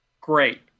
great